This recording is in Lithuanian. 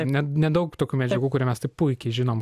ne nedaug tokių medžiagų kurią mes tai puikiai žinom